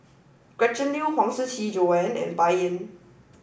Gretchen Liu Huang Shiqi Joan and Bai Yan